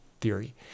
theory